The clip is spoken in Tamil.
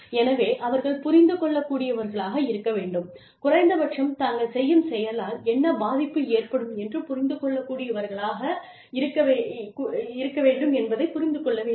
எனவே அவர்கள் புரிந்துகொள்ளக்கூடியவர்களாக இருக்க வேண்டும் குறைந்தபட்சம் தாங்கள் செய்யும் செயலால் என்ன பாதிப்பு ஏற்படும் என்று புரிந்து கொள்ளக்கூடியவர்களாக என்பதை புரிந்து கொள்ள வேண்டும்